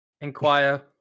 Inquire